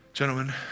Gentlemen